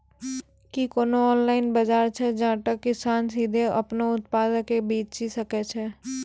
कि कोनो ऑनलाइन बजार छै जैठां किसान सीधे अपनो उत्पादो के बेची सकै छै?